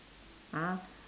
ah